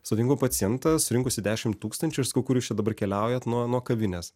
suntinku pacientą surinkusį dešimt tūkstančių ir sakau kur jūs čia dabar keliaujant nuo kavinės